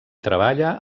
treballa